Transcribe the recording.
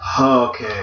Okay